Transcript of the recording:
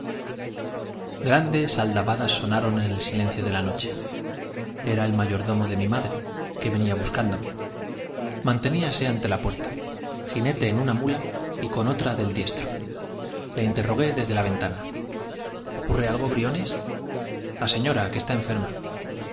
grandes aldabadas sonaron en el silencio de la noche era el mayordomo de mi madre que venía buscándome manteníase ante la puerta jinete en una mula y con otra del diestro le interrogué desde la ventana ocurre algo briones la señora que está enferma